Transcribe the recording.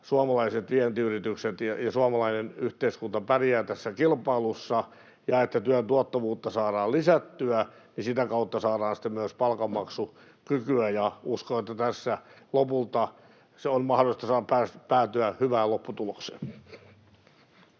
suomalaiset vientiyritykset ja suomalainen yhteiskunta pärjäävät tässä kilpailussa ja että työn tuottavuutta saadaan lisättyä ja sitä kautta saadaan sitten myös palkanmaksukykyä. Uskon, että tässä lopulta on mahdollista päätyä hyvään lopputulokseen.